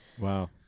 Wow